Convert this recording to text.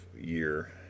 year